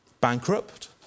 Bankrupt